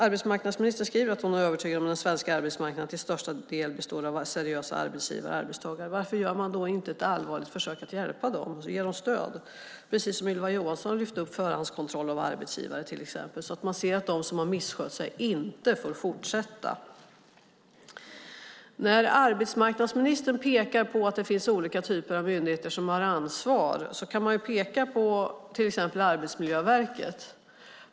Arbetsmarknadsministern skriver också att hon är "övertygad om att den svenska arbetsmarknaden till största del består av seriösa arbetsgivare och arbetstagare". Varför gör man då inte ett allvarligt försök att hjälpa dem och ge dem stöd? Ett exempel kunde vara den förhandskontroll av arbetsgivare som Ylva Johansson tog upp, så att de som man ser har misskött sig inte får fortsätta. När arbetsmarknadsministern säger att det finns olika typer av myndigheter som har ansvar kan man till exempel peka på Arbetsmiljöverket.